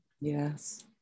Yes